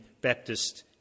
Baptist